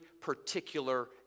particular